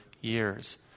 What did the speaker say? years